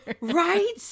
right